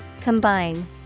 Combine